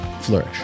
flourish